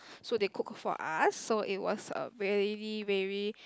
so they cook for us so it was a really really